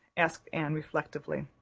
asked anne reflectively,